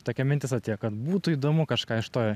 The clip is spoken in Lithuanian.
tokia mintis atėjo kad būtų įdomu kažką iš to